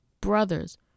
brothers